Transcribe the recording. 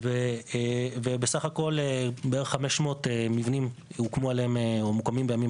ובסך הכול בערך על 500 מבנים מוקמים בימים